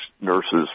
nurses